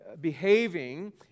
behaving